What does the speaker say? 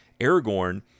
Aragorn